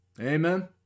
Amen